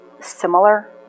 similar